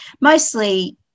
mostly